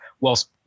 whilst